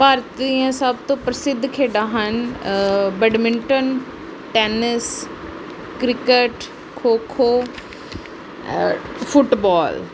ਭਾਰਤੀ ਦੀਆਂ ਸਭ ਤੋਂ ਪ੍ਰਸਿੱਧ ਖੇਡਾਂ ਹਨ badminton tennis cricket kho kho football